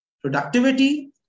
productivity